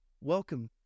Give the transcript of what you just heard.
Welcome